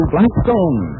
Blackstone